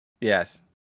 yes